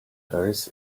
earth